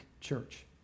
Church